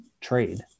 trade